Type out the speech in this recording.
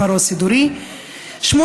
מספרו הסידורי של המרשם כפי שנרשם בפנקס המרשמים,